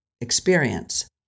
experience